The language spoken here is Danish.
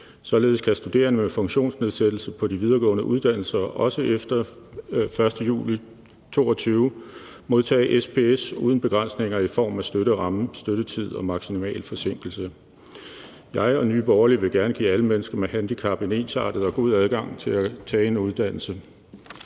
Således kan studerende med funktionsnedsættelse på de videregående uddannelser også efter den 1. juli 2022 modtage SPS uden begrænsninger i form af støtteramme, støttetid og maksimal forsinkelse. Jeg og Nye Borgerlige vil gerne give alle mennesker med handicap en ensartet og god adgang til at tage en uddannelse.